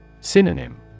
Synonym